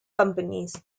companies